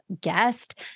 guest